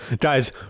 Guys